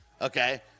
Okay